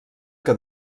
que